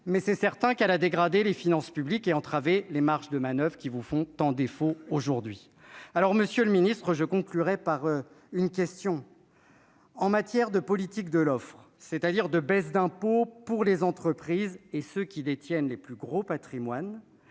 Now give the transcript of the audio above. mais c'est certain qu'elle a dégradé les finances publiques et entraver les marges de manoeuvre qui vous font tant défaut aujourd'hui, alors Monsieur le Ministre je conclurai par une question : en matière de politique de l'offre, c'est-à-dire de baisse d'impôts pour les entreprises et ceux qui détiennent les plus gros patrimoines